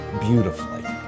beautifully